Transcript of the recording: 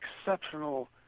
exceptional